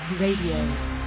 Radio